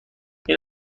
این